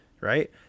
Right